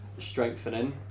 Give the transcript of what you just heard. Strengthening